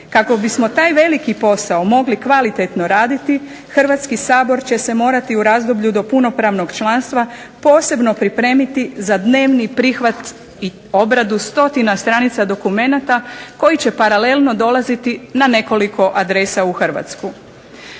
Kako bismo taj veliki posao mogli kvalitetno raditi Hrvatski sabor će se morati u razdoblju do punopravnog članstva posebno pripremiti za dnevni prihvat i obradu stotina stranica dokumenata koji će paralelno dolaziti na nekoliko adresa u Hrvatsku.